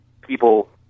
people